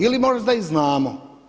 Ili možda i znamo.